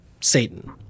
Satan